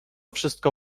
wszystko